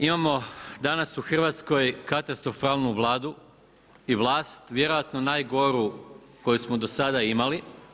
Imamo danas u Hrvatskoj katastrofalnu Vladu i vlast, vjerojatno najgoru koju smo do sada imali.